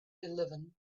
eleven